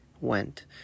went